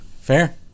Fair